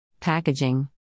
Packaging